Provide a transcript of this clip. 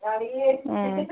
అ